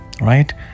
right